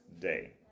day